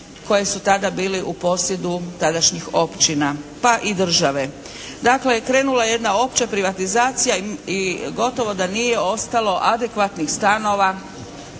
koji su tada bili u posjedu tadašnjih općina pa i države. Dakle krenula je jedna opća privatizacija i gotovo da nije ostalo adekvatnih stanova